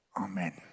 Amen